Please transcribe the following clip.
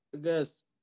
guess